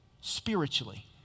spiritually